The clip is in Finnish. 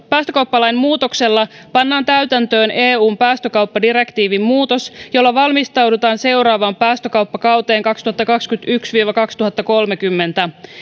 päästökauppalain muutoksella pannaan täytäntöön eun päästökauppadirektiivin muutos jolla valmistaudutaan seuraavaan päästökauppakauteen kaksituhattakaksikymmentäyksi viiva kaksituhattakolmekymmentä